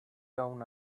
down